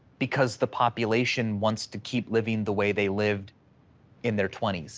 because the population wants to keep living the way they lived in their twenty s,